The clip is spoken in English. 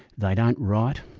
they don't write,